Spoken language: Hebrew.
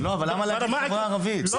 אבל בחסם בחברה הערבית הוא